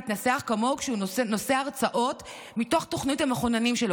להתנסח כמוהו כשהוא נושא הרצאות בתוכנית המחוננים שלו.